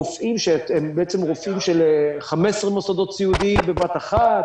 רופאים שהם בעצם רופאים של 15 מוסדות סיעודיים בבת אחת.